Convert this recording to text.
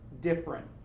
different